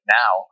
now